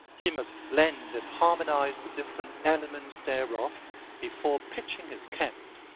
he must blend and harmonize the different elements thereof before pitching his camp.